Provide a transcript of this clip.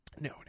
No